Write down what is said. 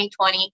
2020